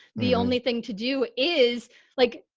the only thing to do is like,